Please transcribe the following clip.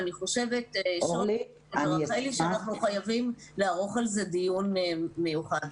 אבל אני חושבת שצריך לערוך על זה דיון מיוחד.